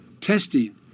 testing